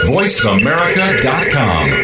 VoiceAmerica.com